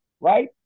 right